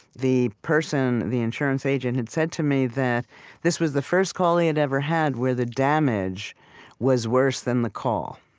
the person, the insurance agent, had said to me that this was the first call he had ever had where the damage was worse than the call.